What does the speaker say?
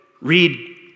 read